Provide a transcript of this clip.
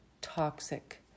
toxic